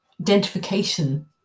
identification